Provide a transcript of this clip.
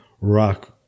rock